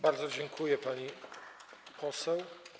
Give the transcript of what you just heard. Bardzo dziękuję, pani poseł.